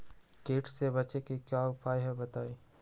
कीट से बचे के की उपाय हैं बताई?